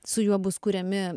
su juo bus kuriami